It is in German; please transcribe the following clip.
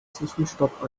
zwischenstopp